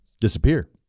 disappear